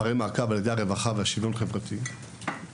על ידי משרד הרווחה והמשרד לשוויון חברתי ולאלה שלא.